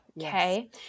okay